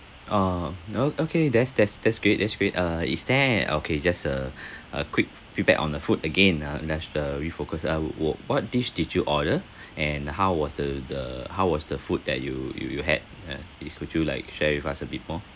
uh orh okay that's that's that's great that's great uh is there okay just a a quick feedback on the food again uh let's uh refocus what dish did you order and how was the the how was the food that you you you had uh it could you like share with us a bit more